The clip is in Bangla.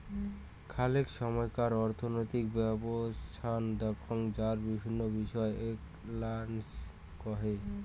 খলেক সময়কার অর্থনৈতিক ব্যবছস্থা দেখঙ যারা বিভিন্ন বিষয় এনালাইস করে